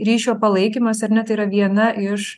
ryšio palaikymas ar ne tai yra viena iš